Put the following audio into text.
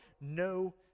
no